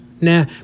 nah